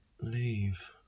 leave